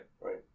right